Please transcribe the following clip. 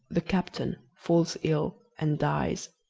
the captain, falls ill and dies.